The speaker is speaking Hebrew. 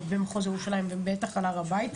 במחוז ירושלים ובהר הבית.